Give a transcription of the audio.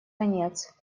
конец